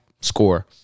Score